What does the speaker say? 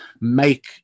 make